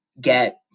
get